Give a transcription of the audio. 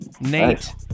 Nate